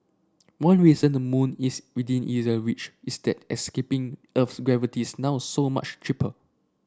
one reason the moon is within easier reach is that escaping gravity's now so much cheaper